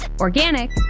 organic